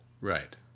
Right